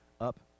up